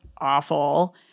awful